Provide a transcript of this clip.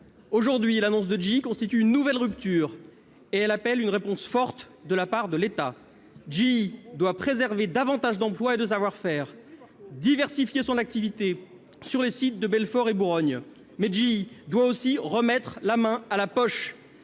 Aujourd'hui, l'annonce de GE constitue une nouvelle rupture, qui appelle une réponse forte de la part de l'État. GE doit préserver davantage d'emplois et de savoir-faire, diversifier son activité sur les sites de Belfort et de Bourogne, mais aussi remettre la main à la poche